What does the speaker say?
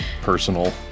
Personal